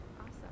awesome